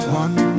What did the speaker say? one